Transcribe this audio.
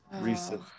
recent